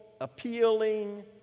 appealing